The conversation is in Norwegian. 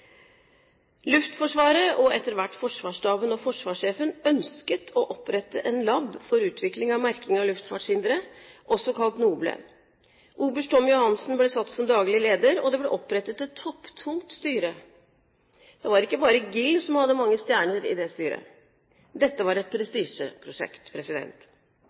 Luftforsvaret, og etter hvert Forsvarsstaben og forsvarssjefen, ønsket å opprette en lab for utvikling av merking av luftfartshindre, også kalt NOBLE. Oberst Tom Johansen ble satt som daglig leder, og det ble opprettet et topptungt styre. Det var ikke bare GIL som hadde mange stjerner i det styret. Dette var et